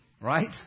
right